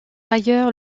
ailleurs